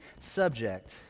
subject